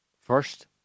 First